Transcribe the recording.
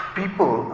people